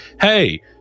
hey